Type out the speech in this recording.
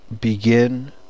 Begin